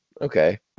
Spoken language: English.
Okay